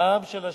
גם של השאירים.